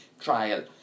trial